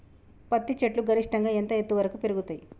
పత్తి చెట్లు గరిష్టంగా ఎంత ఎత్తు వరకు పెరుగుతయ్?